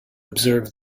observe